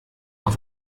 auf